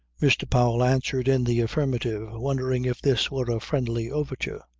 mr. powell answered in the affirmative, wondering if this were a friendly overture.